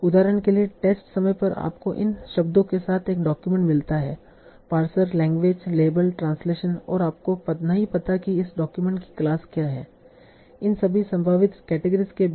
उदाहरण के लिए टेस्ट समय पर आपको इन शब्दों के साथ एक डॉक्यूमेंट मिलता है पार्सर लैंग्वेज लेबल ट्रांसलेशन और आपको नहीं पता कि इस डॉक्यूमेंट की क्लास क्या है इन सभी संभावित केटेगरीस के बीच